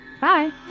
Bye